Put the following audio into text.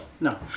No